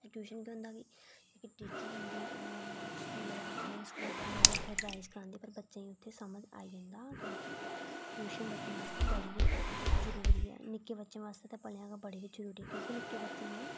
ते ट्यूशन केह् होंदा कि टीचर होंदे न ओह् मतलब जेह्ड़ा स्कूल पढ़ांदे उ'ऐ रिवाईज़ करदे पर बच्चे गी इत्थै आई जंदा क्योंकि ट्यूशन जेह्की बच्चें गी बड़ी गै जरूरी ऐ निक्के बच्चें आस्तै ते भलेआं गै बड़ी जरूरी ऐ क्योंकि निक्के बच्चें ई ना